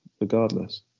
regardless